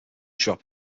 drop